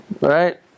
Right